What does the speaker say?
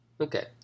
Okay